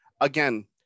again